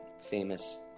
famous